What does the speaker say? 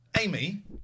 Amy